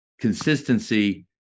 Consistency